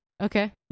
Okay